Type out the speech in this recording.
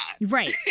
Right